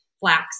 flax